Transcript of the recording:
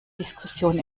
diskussion